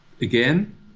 again